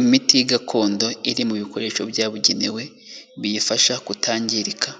Imiti gakondo iri mu bikoresho byabugenewe biyifasha kutangirika;